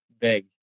big